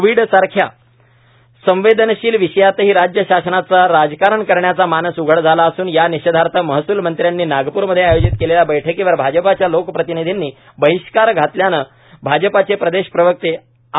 कोविडसारख्या संवेदनशिल विषयातही राज्य शासनाचा राजकारण करण्याचा मानस उघड झाला असून यानिषेधार्थ महसूलमंत्र्यांनी नागप्रमध्ये आयोजित केलेल्या बैठकीवर भाजपच्या लोकप्रतिनिधींनी बहिष्कार घातल्याचे भाजपचे प्रदेश प्रवक्ते आ